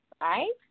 right